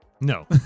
no